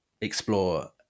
explore